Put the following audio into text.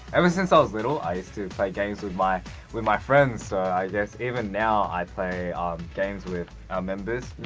ever since i was little, i still play games with my with my friends, so i guess even now, i play um games with our members.